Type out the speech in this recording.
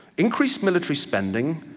increased military spending,